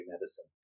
medicine